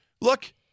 Look